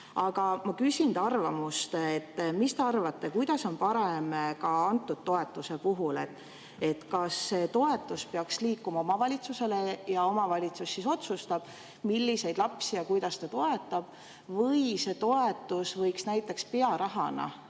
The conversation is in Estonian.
ma küsin teie arvamust. Mis te arvate, kuidas on parem ka antud toetuse puhul, kas see toetus peaks liikuma omavalitsusele ja omavalitsus siis otsustab, milliseid lapsi ja kuidas ta toetab, või see toetus võiks näiteks pearahana